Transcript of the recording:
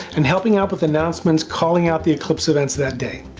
and helping out with announcements calling out the eclipse events that day.